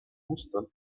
mustern